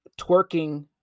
twerking